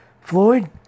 Floyd